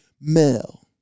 male